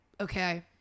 okay